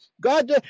God